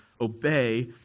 obey